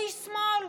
הוא איש שמאל.